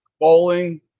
bowling